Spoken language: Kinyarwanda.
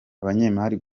abanyemari